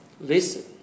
Listen